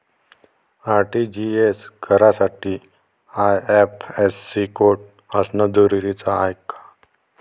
RTGS करासाठी IFSC code असनं जरुरीच हाय का?